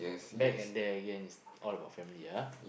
back and there again it's all about family